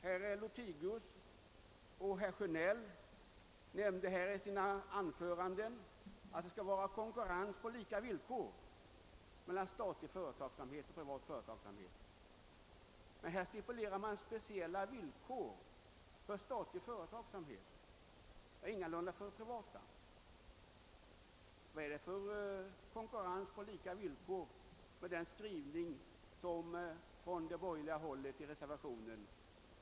Herrar Lothigius och Sjönell framhöll i sina anföranden att det skall vara konkurrens på lika villkor mellan statlig företagsamhet och privat företagsamhet, men här vill man stipulera speciella villkor för statlig företagsamhet vilka ingalunda skulle gälla för den privata. Är detta konkurrens på lika villkor?